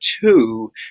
two